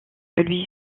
lui